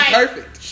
perfect